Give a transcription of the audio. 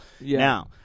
Now